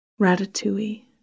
ratatouille